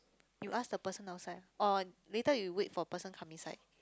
you ask the person outside or later you wait for person come inside